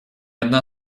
одна